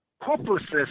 hopelessness